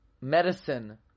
medicine